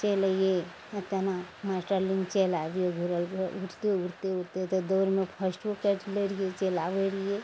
चलि अइए जेना मास्टर लग चलि आबियइ घुरल घुरल उड़ते उड़ते उड़तइ तऽ दौड़मे फर्स्टो काटि लै रहियइ चलि आबय रहियइ